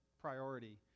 priority